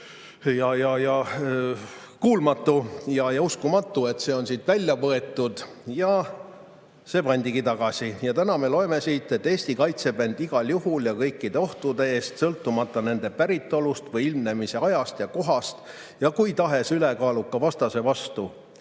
kuulmatu ja uskumatu, et see on siit välja võetud. See pandigi tagasi. Täna me loeme siit: "Eesti kaitseb end igal juhul ja kõikide ohtude eest, sõltumata nende päritolust või ilmnemise ajast ja kohast, ja kui tahes ülekaaluka vastase vastu;